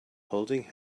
holding